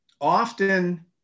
often